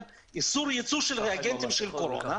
איסור ייצוא של ריאגנטים של קורונה,